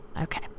Okay